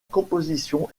composition